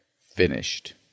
Finished